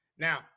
Now